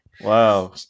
Wow